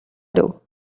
ирэв